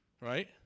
right